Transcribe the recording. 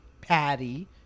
Patty